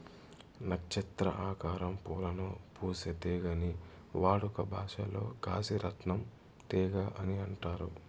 నక్షత్ర ఆకారం పూలను పూసే తీగని వాడుక భాషలో కాశీ రత్నం తీగ అని అంటారు